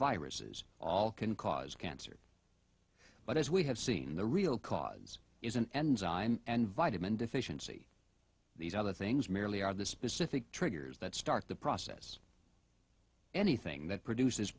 viruses all can cause cancer but as we have seen the real cause is an enzyme and vitamin deficiency these other things merely are the specific triggers that start the process anything that produces